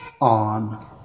on